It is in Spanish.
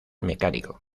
mecánico